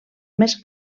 més